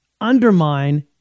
undermine